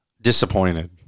disappointed